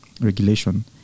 regulation